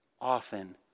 often